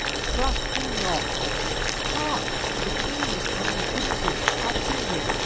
trust me not hark! the kings and the princes, our kindred,